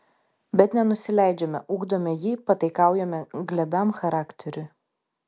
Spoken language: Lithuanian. bet nenusileidžiame ugdome jį pataikaujame glebiam charakteriui